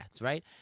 right